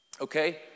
okay